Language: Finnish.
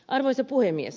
arvoisa puhemies